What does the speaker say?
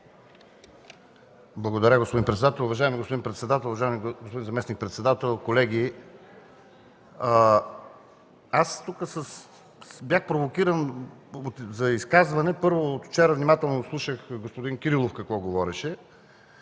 Благодаря, господин председател. Уважаеми господин председател, уважаеми господин заместник-председател, колеги! Аз бях провокиран за изказване. Вчера внимателно слушах господин Кирилов какво говореше